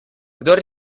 kdor